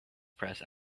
press